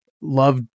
love